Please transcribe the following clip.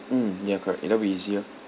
mm ya correct ya that would be easier